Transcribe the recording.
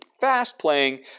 fast-playing